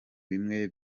bimwe